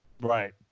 right